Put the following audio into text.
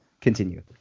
Continue